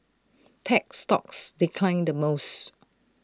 tech stocks declined the most